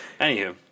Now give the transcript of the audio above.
Anywho